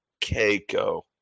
Keiko